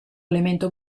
elemento